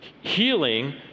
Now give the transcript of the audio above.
healing